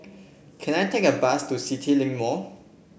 can I take a bus to CityLink Mall